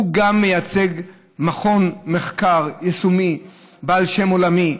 הוא גם מייצג מכון מחקר יישומי בעל שם עולמי,